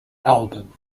album